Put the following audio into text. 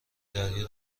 دریا